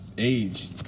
Age